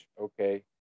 okay